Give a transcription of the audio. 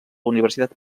universitat